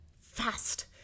fast